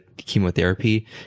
chemotherapy